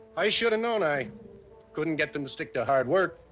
i should've know. and i couldn't get them to stick to hard work.